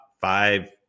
five